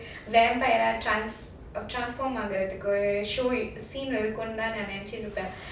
vampire trans~ transform ஆக ஒரு:aaga oru scene உம் இருக்கும் னு நினைச்சுட்டு இருந்தேன்:um irukumnu ninaichitu irundhaen